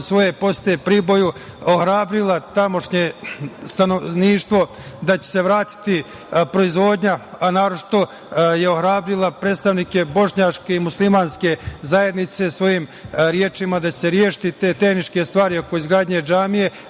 svoje posete Priboju ohrabrila tamošnje stanovništvo da će se vratiti proizvodnja, a naročito je ohrabrila predstavnike bošnjačke i muslimanske zajednice svojim rečima da će se rešiti te tehničke stvari oko izgradnje džamije,